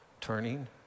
turning